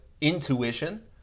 intuition